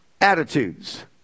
Attitudes